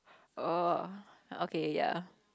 oh okay ya